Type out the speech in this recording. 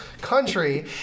country